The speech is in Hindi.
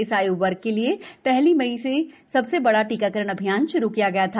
इसआयुवर्ग के लिए हली मई से सबसे बडा टीकाकरण अभियान श्रू किया गया था